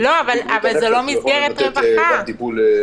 בריאות הנפש יכול לתת טיפול גם